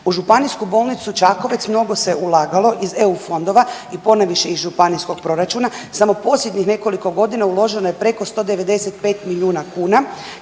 U Županijsku bolnicu Čakovec mnogo se ulagalo iz EU fondova i ponajviše iz županijskog proračuna. Samo posljednjih nekoliko godina uloženo je preko 195 milijuna kuna